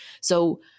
So-